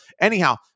Anyhow